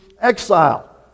exile